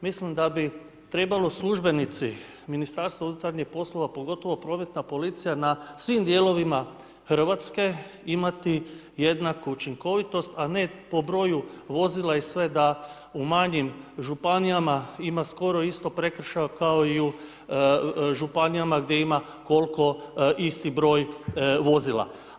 Mislim da bi trebalo službenici Ministarstva unutarnjih poslova pogotovo prometna policija na svim dijelovima Hrvatske imati jednaku učinkovitost, a ne po broju vozila i sve da u manjim županijama ima skoro isto prekršaja kao i u županijama gdje ima koliko isti broj vozila.